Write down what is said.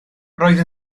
roedd